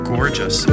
gorgeous